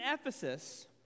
Ephesus